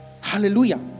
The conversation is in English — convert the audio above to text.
Hallelujah